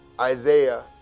Isaiah